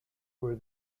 were